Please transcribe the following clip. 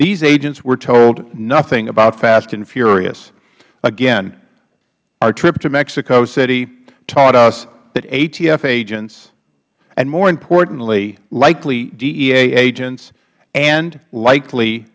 these agents were told nothing about fast and furious again our trip to mexico city taught us that atf agents and more importantly likely dea agents and likely